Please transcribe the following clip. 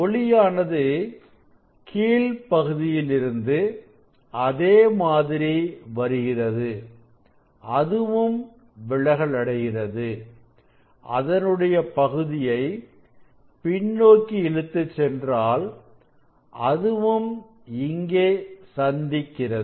ஒளியானது கீழ் பகுதியிலிருந்து அதே மாதிரி வருகிறது அதுவும் விலகல் அடைகிறது அதனுடைய பகுதியை பின்னோக்கி இழுத்து சென்றாள் அதுவும் இங்கே சந்திக்கிறது